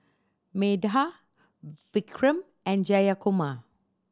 Medha Vikram and Jayakumar